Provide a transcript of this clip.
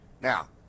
Now